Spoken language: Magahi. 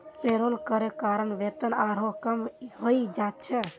पेरोल करे कारण वेतन आरोह कम हइ जा छेक